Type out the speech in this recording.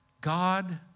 God